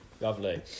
Lovely